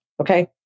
okay